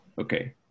Okay